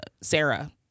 Sarah